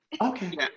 Okay